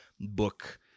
book